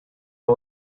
who